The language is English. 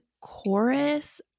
chorus